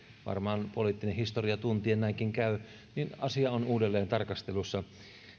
varmaan poliittisen historian tuntien näinkin käy asia on uudelleen tarkastelussa